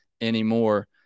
anymore